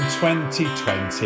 2020